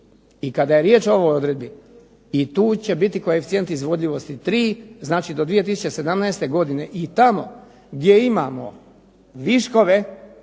i kada je riječ o ovoj odredbi i tu će biti koeficijent izvodljivosti 3, znači do 2017. godine i tamo gdje imamo viškove,